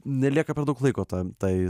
nelieka per daug laiko tam tai